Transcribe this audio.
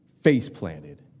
face-planted